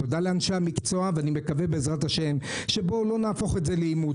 תודה לאנשי המקצוע ואני מקווה שלא נהפוך את זה לעימות,